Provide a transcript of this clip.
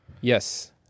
Yes